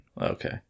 Okay